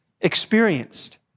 experienced